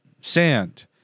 sand